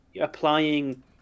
applying